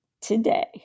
today